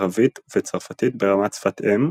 ערבית וצרפתית ברמת שפת אם,